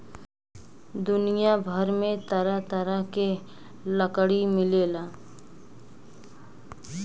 दुनिया भर में तरह तरह के लकड़ी मिलेला